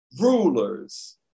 rulers